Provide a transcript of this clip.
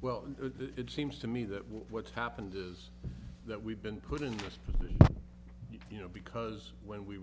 well it seems to me that what's happened is that we've been put in you know because when we